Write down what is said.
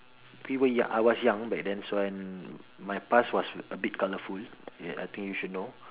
we were young I was young back then so when my past was a bit colourful ya I think you should know